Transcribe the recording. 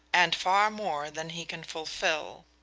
and far more than he can fulfill.